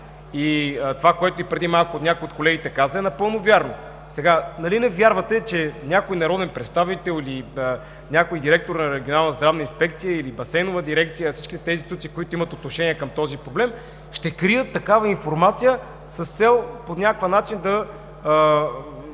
Това, което и преди малко някой от колегите каза, е напълно вярно. Нали не вярвате, че някой народен представител или някой директор на Регионална здравна инспекция, или Басейнова дирекция – всичките тези институции, които имат отношение към този проблем, ще крият такава информация, с цел по някакъв начин да